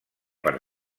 per